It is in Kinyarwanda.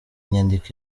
nyandiko